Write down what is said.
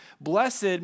Blessed